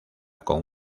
con